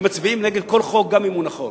הם מצביעים נגד כל חוק, גם אם הוא נכון.